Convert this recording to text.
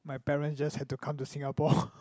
my parents just had to come to Singapore